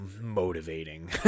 motivating